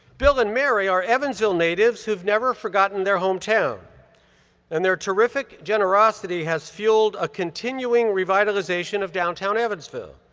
bill and mary are evansville natives who've never forgotten their hometown and their terrific generosity has fueled a continuing revitalization of downtown evansville.